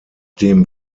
dem